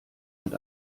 mit